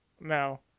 no